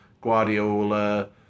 Guardiola